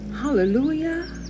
hallelujah